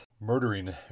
murdering